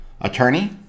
attorney